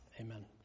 amen